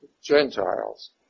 Gentiles